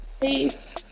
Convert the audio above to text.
Peace